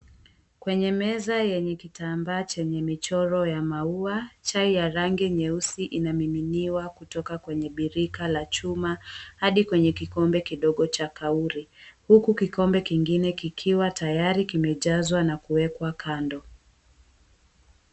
Kwenye meza yenye kitambaa chenye michoro ya maua, chai ya rangi nyeusi inamiminiwa kutoka kwenye birika la chuma hadi kwenye kikombe kidogo cha kauli. Huku kikombe kingine kikiwa tayari kimejazwa na kuwekwa kando.